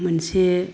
मोनसे